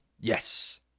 Yes